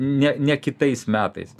ne ne kitais metais